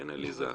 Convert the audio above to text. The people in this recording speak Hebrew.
נכון, עליזה?